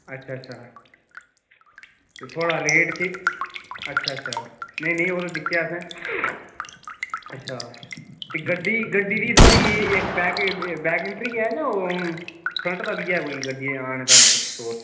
अच्छा अच्छा ते थुआढ़ा रेट केह् अच्छा अच्छा नेईं नेईं ओह् ते दिक्खे असें अच्छा ते गड्डी गड्डी दी थुआढ़ी इक बैक बैक इंट्री ऐ जां ओह् फ्रंट दा बी ऐ कोई गड्डी आने दा अंदर सोर्स